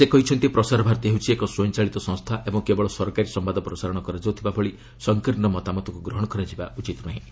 ସେ କହିଛନ୍ତି ପ୍ରସାର ଭାରତୀ ହେଉଛି ଏକ ସ୍ୱୟଂଚାଳିତ ସଂସ୍ଥା ଏବଂ କେବଳ ସରକାରୀ ସମ୍ଘାଦ ପ୍ରସାରଣ କରାଯାଉଥିବା ଭଳି ସଂକୀର୍ଣ୍ଣ ମତାମତକୁ ଗ୍ରହଣ କରାଯିବା ଉଚିତ ନୁହେଁ